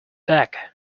back